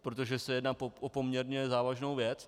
Protože se jedná o poměrně závažnou věc.